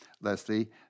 Leslie